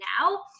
now